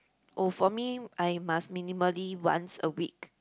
oh for me I must minimally once a week